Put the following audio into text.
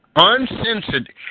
Uncensored